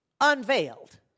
unveiled